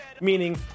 meaning